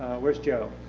where's joe?